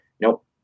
Nope